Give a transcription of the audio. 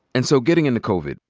and so getting into covid,